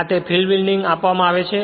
અને આ તે ફિલ્ડ વીંડિંગ આપવામાં આવે છે